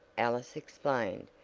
alice explained,